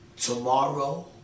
tomorrow